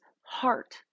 heart